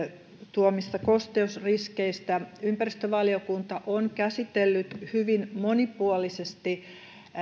tuomista kosteusriskeistä ympäristövaliokunta on käsitellyt hyvin monipuolisesti